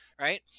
right